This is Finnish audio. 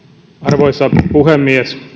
arvoisa puhemies